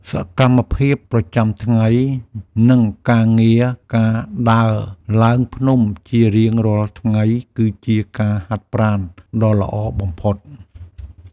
សកម្មភាពប្រចាំថ្ងៃ និងការងារការដើរឡើងភ្នំជារៀងរាល់ថ្ងៃគឺជាការហាត់ប្រាណដ៏ល្អបំផុត។